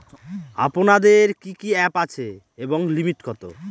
আপনাদের কি কি অ্যাপ আছে এবং লিমিট কত?